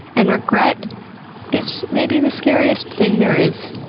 and regret is maybe the scariest thing there is.